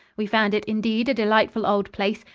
we found it indeed a delightful old place,